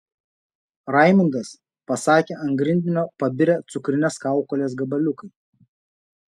raimundas pasakė ant grindinio pabirę cukrines kaukolės gabaliukai